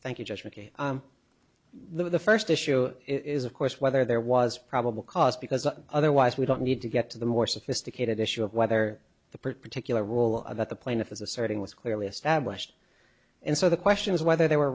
thank you jeff mckay the first issue is of course whether there was probable cause because otherwise we don't need to get to the more sophisticated issue of whether the particular role of that the plaintiff is asserting was clearly established and so the question is whether there were